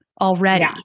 already